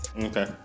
Okay